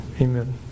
Amen